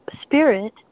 Spirit